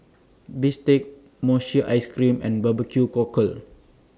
Bistake Mochi Ice Cream and Barbecue Cockle